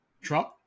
Trump